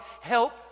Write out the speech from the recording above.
help